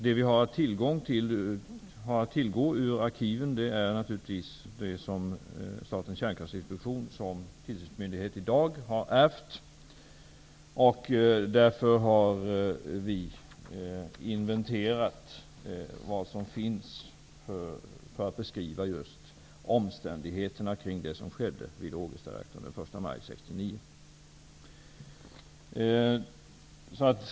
Det material vi har att tillgå ur arkiven är det som Statens kärnkraftinspektion som tillsynsmyndighet har ärvt. Därför har vi inventerat vad som finns för att kunna beskriva omständigheterna kring det som skedde vid Ågestareaktorn den 1 maj 1969.